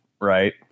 right